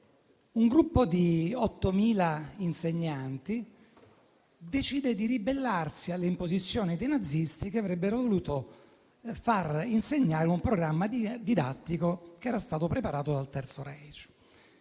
Un gruppo di 8.000 insegnanti decide di ribellarsi all'imposizione dei nazisti che avrebbero voluto far insegnare un programma didattico che era stato preparato dal Terzo *Reich*.